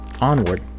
Onward